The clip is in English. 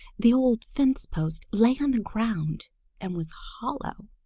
the old fence-post lay on the ground and was hollow.